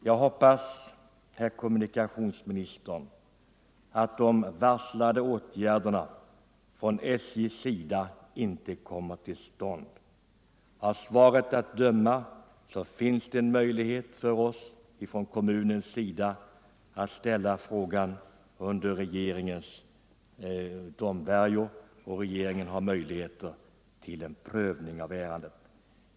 Jag hoppas, herr kommunikationsminister, att de av SJ varslade åtgärderna inte kommer att vidtas. Av svaret att döma finns det ju en möjlighet för kommunen att ställa ärendet under regeringens prövning.